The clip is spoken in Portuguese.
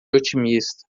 otimista